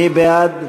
מי בעד?